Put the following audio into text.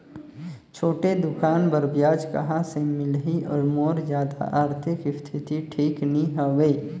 छोटे दुकान बर ब्याज कहा से मिल ही और मोर जादा आरथिक स्थिति ठीक नी हवे?